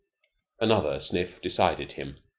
another sniff decided him.